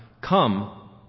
come